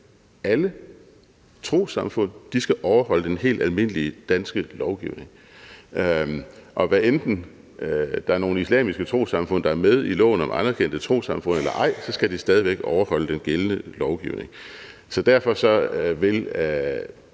eller ej, skal de alle overholde den helt almindelige danske lovgivning. Hvad enten der er nogle islamiske trossamfund, der er med i loven om anerkendte trossamfund, eller ej, så skal de stadig væk overholde den gældende lovgivning. Så derfor vil